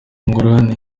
ingorane